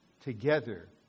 Together